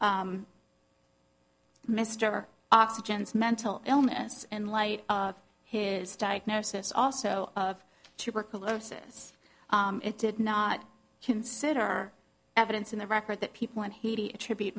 mr oxygen's mental illness and light his diagnosis also of tuberculosis it did not consider evidence in the record that people in haiti attribute